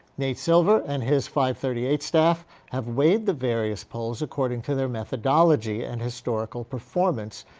nate silver and his five thirty eight staff have weighed the various polls according to their methodology and historical performance,